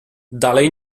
dalej